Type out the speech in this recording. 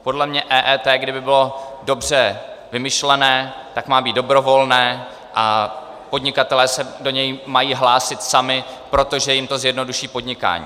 Podle mě EET, kdyby bylo dobře vymyšlené, tak má být dobrovolné a podnikatelé se do něj mají hlásit sami, protože jim to zjednoduší podnikání.